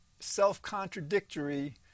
self-contradictory